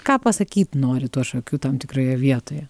ką pasakyt nori tuo šokiu tam tikroje vietoje